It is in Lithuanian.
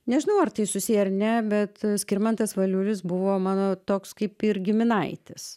nežinau ar tai susiję ar ne bet skirmantas valiulis buvo mano toks kaip ir giminaitis